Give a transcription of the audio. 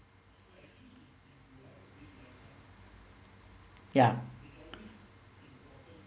ya